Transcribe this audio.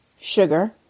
sugar